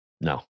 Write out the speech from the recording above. No